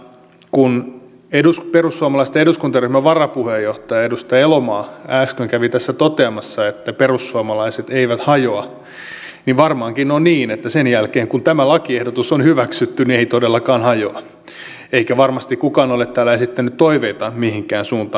mutta kun perussuomalaisten eduskuntaryhmän varapuheenjohtaja edustaja elomaa äsken kävi tässä toteamassa että perussuomalaiset eivät hajoa niin varmaankin on niin että sen jälkeen kun tämä lakiehdotus on hyväksytty niin ei todellakaan hajoa eikä varmasti kukaan ole täällä esittänyt toiveita mihinkään suuntaan